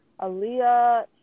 Aaliyah